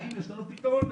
האם יש לנו פתרון לזה?